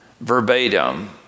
verbatim